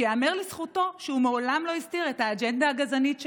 שייאמר לזכותו שהוא מעולם לא הסתיר את האג'נדה הגזענית שלו,